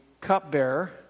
cupbearer